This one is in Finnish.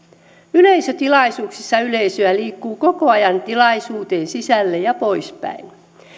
yleisötilaisuuksissa yleisöä liikkuu koko ajan tilaisuuteen sisälle ja poispäin